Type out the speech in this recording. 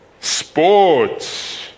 sports